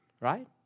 right